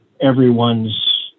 everyone's